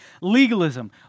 legalism